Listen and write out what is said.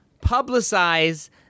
publicize